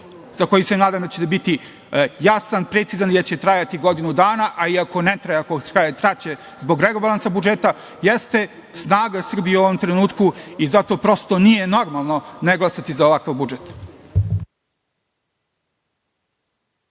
za koji se nadam da će biti jasan, precizan i da će trajati godinu, a i ako traje kraće zbog rebalansa budžeta, jeste snaga Srbije u ovom trenutku i zato nije normalno ne glasati za ovakav budžet.